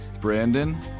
Brandon